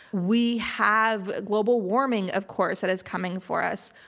we have global warming, of course, that is coming for us.